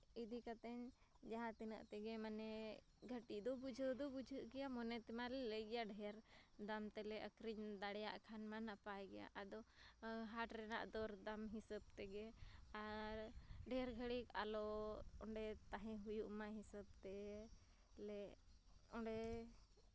ᱤᱫᱤ ᱠᱟᱛᱮ ᱡᱟᱦᱟᱸ ᱛᱤᱱᱟᱹᱜ ᱛᱮᱜᱮᱢ ᱢᱟᱱᱮ ᱜᱷᱟᱹᱴᱛᱤ ᱫᱚ ᱵᱩᱡᱷᱟᱹᱣ ᱫᱚ ᱵᱩᱡᱷᱟᱹᱜ ᱜᱮᱭᱟ ᱢᱚᱱᱮ ᱛᱮᱢᱟᱞᱮ ᱞᱟᱹᱭ ᱜᱮᱭᱟ ᱰᱷᱮᱨ ᱫᱟᱢ ᱛᱮᱞᱮ ᱟᱹᱠᱷᱨᱤᱧ ᱫᱟᱲᱮᱭᱟᱜ ᱠᱷᱟᱱ ᱢᱟ ᱱᱟᱯᱟᱭ ᱜᱮᱭᱟ ᱟᱨ ᱫᱚ ᱦᱟᱴ ᱨᱮᱱᱟᱜ ᱫᱚ ᱫᱚᱨ ᱫᱟᱢ ᱦᱤᱥᱟᱹᱵᱽ ᱛᱮᱜᱮ ᱟᱨ ᱰᱷᱮᱨ ᱜᱷᱟᱹᱲᱤᱡᱽ ᱟᱞᱚ ᱚᱸᱰᱮ ᱛᱟᱦᱮᱸ ᱦᱩᱭᱩᱜ ᱢᱟ ᱦᱤᱥᱟᱹᱵᱽ ᱛᱮ ᱞᱮ ᱚᱸᱰᱮ